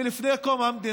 עוד הרבה לפני קום המדינה,